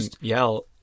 yell